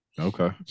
Okay